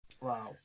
Wow